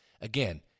again